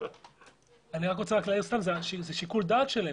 זה שיקול דעת שלהם.